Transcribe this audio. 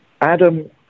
Adam